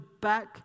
back